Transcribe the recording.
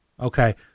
Okay